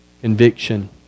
conviction